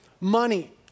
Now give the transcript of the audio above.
money